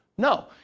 No